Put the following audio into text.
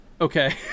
Okay